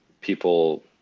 people